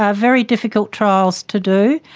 ah very difficult trials to do,